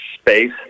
space